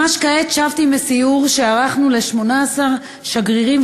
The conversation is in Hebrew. ממש כעת שבתי מסיור שערכנו ל-18 שגרירים